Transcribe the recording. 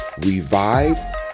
Revive